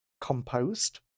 composed